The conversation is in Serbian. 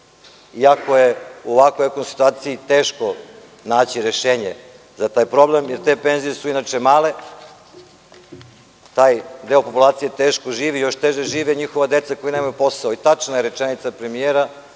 iako je u ovakvoj ekonomskoj situaciji teško naši rešenje za taj problem, jer te penzije su inače male, taj deo populacije teško živi, a još teže žive njihova deca koja nemaju posao. Tačna je rečenica premijera